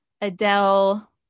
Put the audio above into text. adele